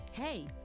Hey